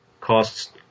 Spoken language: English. costs